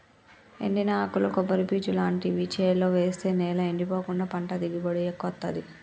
ఎండిన ఆకులు కొబ్బరి పీచు లాంటివి చేలో వేస్తె నేల ఎండిపోకుండా పంట దిగుబడి ఎక్కువొత్తదీ